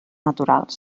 naturals